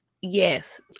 yes